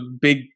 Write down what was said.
big